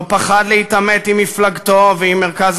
לא פחד להתעמת עם מפלגתו ועם מרכז